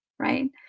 Right